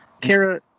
Kara